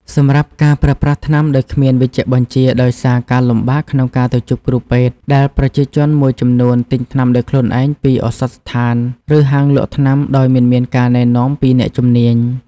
សម្រាប់ការប្រើប្រាស់ថ្នាំដោយគ្មានវេជ្ជបញ្ជាដោយសារការលំបាកក្នុងការទៅជួបគ្រូពេទ្យដែលប្រជាជនមួយចំនួនទិញថ្នាំដោយខ្លួនឯងពីឱសថស្ថាន ឬហាងលក់ថ្នាំដោយមិនមានការណែនាំពីអ្នកជំនាញ។